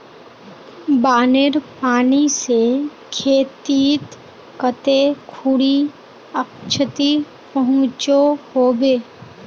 बानेर पानी से खेतीत कते खुरी क्षति पहुँचो होबे?